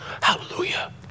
Hallelujah